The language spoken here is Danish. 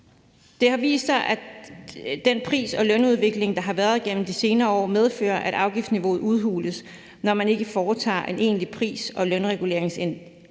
Det har vist sig, at den pris- og lønudvikling, der har været igennem de senere år, medfører, at afgiftsniveauet udhules, når man ikke foretager en egentlig pris- og lønindeksregulering af afgiften.